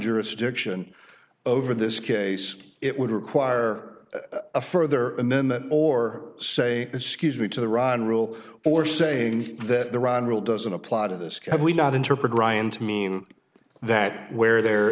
jurisdiction over this case it would require a further and then that or say excuse me to the ron rule or saying that the run rule doesn't apply to this can we not interpret ryan to mean that where there